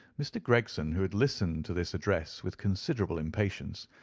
mr. gregson, who had listened to this address with considerable impatience,